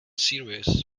serious